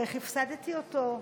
ואיך הפסדתי אותו.